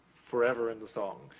forever, in the song.